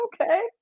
okay